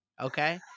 Okay